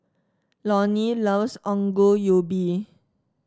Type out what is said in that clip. Loni loves Ongol Ubi